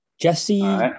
jesse